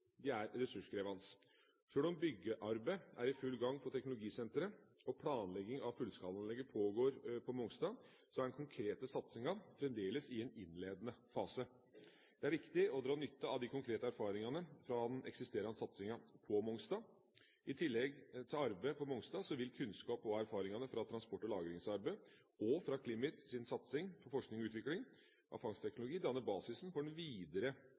de er ressurskrevende. Sjøl om byggearbeidet er i full gang på teknologisenteret og planlegging av fullskalarenseanlegget pågår på Mongstad, er den konkrete satsingen fremdeles i en innledende fase. Det er viktig å dra nytte av de konkrete erfaringene fra den eksisterende satsingen på Mongstad. I tillegg til arbeidet på Mongstad vil kunnskap og erfaringer fra transport- og lagringsarbeidet og fra CLIMITs satsing på forskning og utvikling av fangstteknologi danne basis for den videre